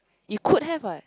you could have what